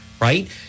right